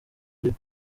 uriwe